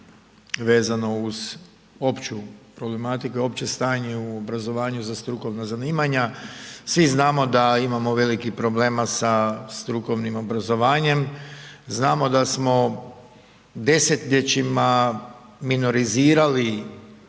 vezano uz opću problematiku, opće stanje u obrazovanju za strukovna zanimanja. Svi znamo da imamo velikih problema sa strukovnim obrazovanjem, znamo da smo desetljećima minorizirali